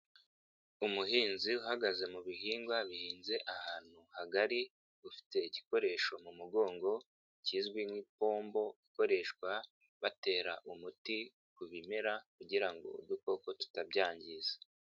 Umuhinzi uhagaze mu bihingwa bihinze ahantu hagari, ufite igikoresho mu mugongo kizwi nk'ipombo ikoreshwa batera umuti ku bimera, kugira ngo udukoko tutabyangiza.